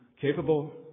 capable